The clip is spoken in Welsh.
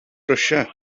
brysia